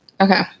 Okay